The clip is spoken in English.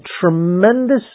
tremendous